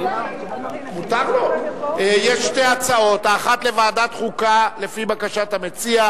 הוא רוצה לוועדת חוץ וביטחון.